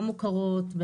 לא מוכרות,